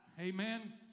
amen